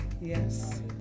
yes